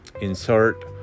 insert